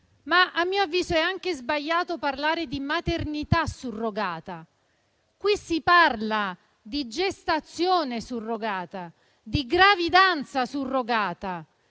Ma, a mio avviso, è anche sbagliato parlare di maternità surrogata. Qui si parla di gestazione surrogata, di gravidanza surrogata.